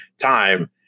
time